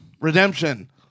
Redemption